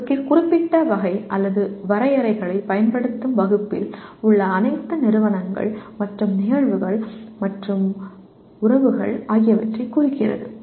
ஒரு குறிப்பிட்ட வகை அல்லது வரையறைகளைப் பயன்படுத்தும் வகுப்பில் உள்ள அனைத்து நிறுவனங்கள் மற்றும் நிகழ்வுகள் மற்றும் உறவுகள் ஆகியவற்றைக் குறிக்கிறது